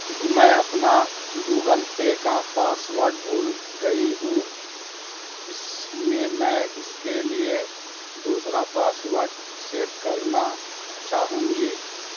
میں اپنا Google Pay کا پاسورڈ بھول گئی ہوں اس لیے میں اس کے لیے دوسرا پاسورڈ سیٹ کرنا چاہوں گی